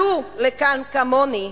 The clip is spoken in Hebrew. עלו לכאן, כמוני,